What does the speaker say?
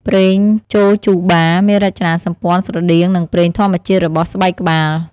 ប្រេងចូជូបា មានរចនាសម្ព័ន្ធស្រដៀងនឹងប្រេងធម្មជាតិរបស់ស្បែកក្បាល។